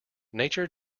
nature